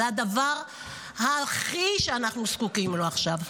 זה הדבר שאנחנו הכי זקוקים לו עכשיו.